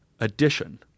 addition